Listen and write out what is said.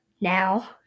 Now